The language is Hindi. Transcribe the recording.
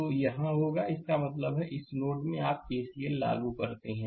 तो यह होगा इसका मतलब है इस नोड में आप के सी एल को लागू करते हैं